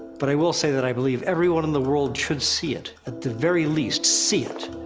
but i will say that i believe everyone in the world should see it. at the very least, see it!